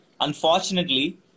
unfortunately